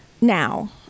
now